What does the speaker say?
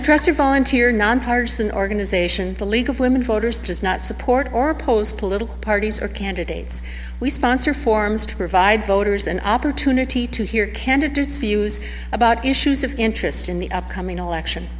tresor volunteer nonpartisan organization the league of women voters does not support or oppose political parties or candidates we sponsor forms to provide voters an opportunity to hear candidates views about issues of interest in the upcoming election